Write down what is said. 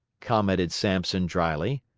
commented sampson, dryly.